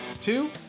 Two